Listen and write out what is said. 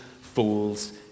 fools